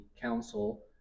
council